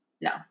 No